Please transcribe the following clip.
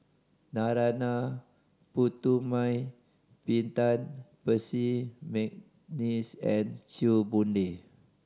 Narana Putumaippittan Percy McNeice and Chew Boon Lay